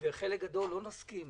וחלק גדול לא נסכים,